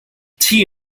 tea